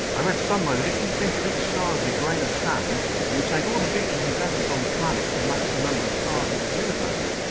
i read somewhere that if you think of each star as a grain of sand it would take all the beaches and deserts on the planet to match the number of stars in the universe.